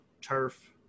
turf